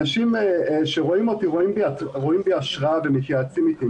אנשים שרואים אותי רואים בי השראה ומתייעצים איתי.